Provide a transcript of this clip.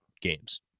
games